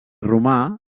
romà